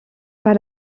pas